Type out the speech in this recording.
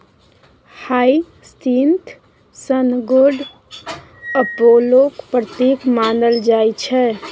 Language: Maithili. हाइसिंथ सन गोड अपोलोक प्रतीक मानल जाइ छै